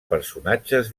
personatges